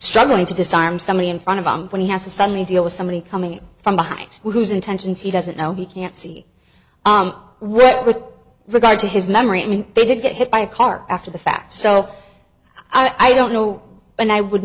struggling to disarm somebody in front of him when he has to suddenly deal with somebody coming from behind whose intentions he doesn't know he can't see right with regard to his memory i mean he did get hit by a car after the fact so i don't know and i would